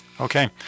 Okay